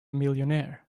millionaire